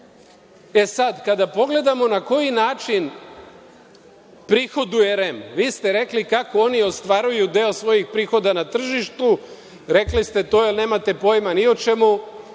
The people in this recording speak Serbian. kada pogledamo na koji način prihoduje REM, vi ste rekli kako oni ostvaruju deo svojih prihoda na tržištu, rekli sto jer nemate pojma ni o čemu